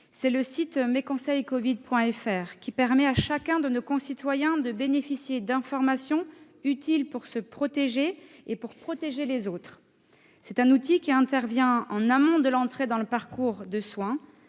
: le site « mesconseilscovid.sante.gouv.fr », qui permet à chacun de nos concitoyens de bénéficier d'informations utiles pour se protéger et pour protéger les autres. Cet outil intervient en amont de l'entrée dans le parcours de soins.